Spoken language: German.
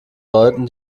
leuten